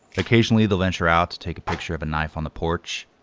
occasionally they'll venture out to take a picture of a knife on the porch.